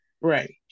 Right